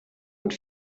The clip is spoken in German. und